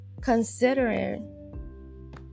considering